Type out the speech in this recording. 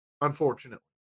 unfortunately